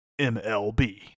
MLB